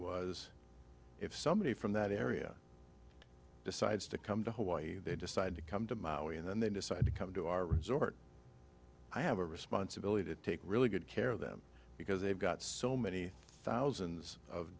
was if somebody from that area decides to come to hawaii they decide to come to maui and then they decide to come to our resort i have a responsibility to take really good care of them because they've got so many thousands of